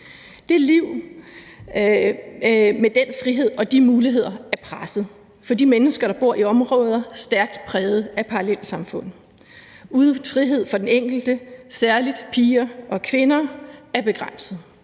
Det liv med den frihed og de muligheder er presset for de mennesker, som bor i områder stærkt præget af parallelsamfund, uden frihed for den enkelte. Særlig piger og kvinder er begrænsede.